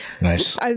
Nice